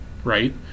Right